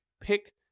Pick